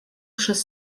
przez